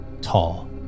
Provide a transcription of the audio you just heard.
tall